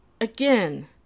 again